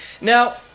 Now